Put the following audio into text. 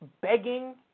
begging